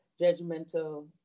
judgmental